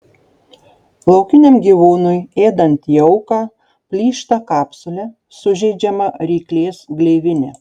laukiniam gyvūnui ėdant jauką plyšta kapsulė sužeidžiama ryklės gleivinė